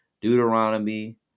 deuteronomy